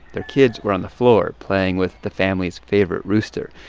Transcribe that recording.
their kids were on the floor playing with the family's favorite rooster.